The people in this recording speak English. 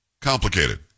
complicated